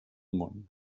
món